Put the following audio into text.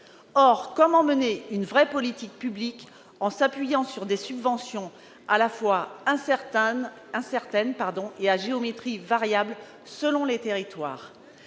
Or comment mener une vraie politique publique en s'appuyant sur des subventions à la fois incertaines et à géométrie variable selon les territoires ?